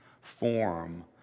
form